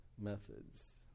methods